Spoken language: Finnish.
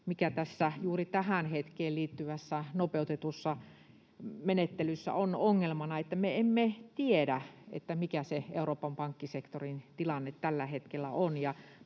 mikä tässä juuri tähän hetkeen liittyvässä nopeutetussa menettelyssä on ongelmana: me emme tiedä, mikä se Euroopan pankkisektorin tilanne tällä hetkellä on.